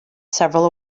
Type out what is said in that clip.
several